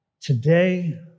today